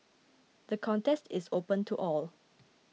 the contest is open to all